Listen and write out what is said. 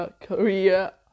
korea